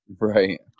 right